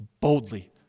boldly